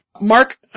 Mark